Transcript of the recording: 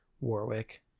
Warwick